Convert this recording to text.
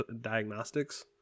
diagnostics